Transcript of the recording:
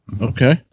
Okay